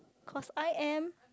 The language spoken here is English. cause I am